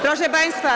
Proszę państwa.